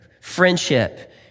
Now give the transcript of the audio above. friendship